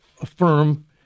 affirm